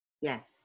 yes